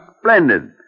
Splendid